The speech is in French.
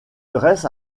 dresse